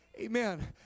Amen